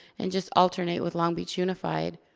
and just alternate with long beach unified.